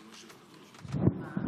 בבקשה, אדוני,